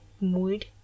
mood